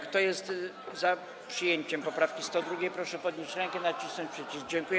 Kto jest za przyjęciem poprawki 102., proszę podnieść rękę i nacisnąć przycisk.